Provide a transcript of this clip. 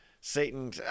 Satan